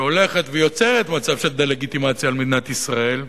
שהולכת ויוצרת מצב של דה-לגיטימציה על מדינת ישראל,